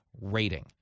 rating